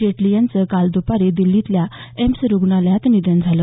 जेटली यांचं काल द्रपारी दिल्लीतल्या एम्स रुग्णालयात निधन झालं